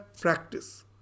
practice